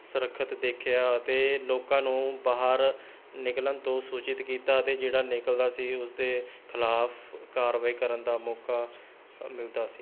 ਸਰੱਖਿਅਤ ਦੇਖਿਆ ਅਤੇ ਲੋਕਾਂ ਨੂੰ ਬਾਹਰ ਨਿਕਲਣ ਤੋਂ ਸੂਚਿਤ ਕੀਤਾ ਅਤੇ ਜਿਹੜਾ ਨਿਕਲ਼ਦਾ ਸੀ ਉਸਦੇ ਖਿਲਾਫ਼ ਕਾਰਵਾਈ ਕਰਨ ਦਾ ਮੌਕਾ ਮਿਲਦਾ ਸੀ